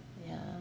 ya